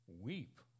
weep